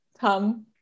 Tom